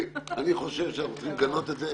אני חושב שאנחנו צריכים לגנות את זה.